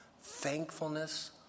Thankfulness